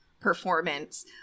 performance